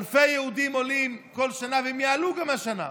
אלפי יהודים עולים בכל שנה, והם יעלו גם השנה.